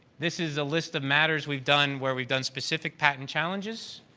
this is a list of matters we've done where we've done specific patent challenges.